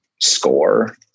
score